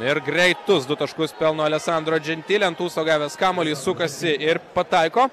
ir greitus du taškus pelno alesandro džentile ant ūso gavęs kamuolį sukasi ir pataiko